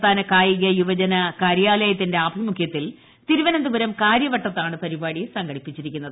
സംസ്ഥാന കായിക യുവജന കാര്യാലയത്തിന്റെ ആഭിമുഖ്യത്തിൽ തിരുവനന്തപുരം കാര്യവട്ടത്താണ് പരിപാടി സംഘടിപ്പിച്ചിരിക്കുന്നത്